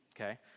Okay